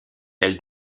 elle